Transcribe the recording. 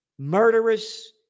Murderous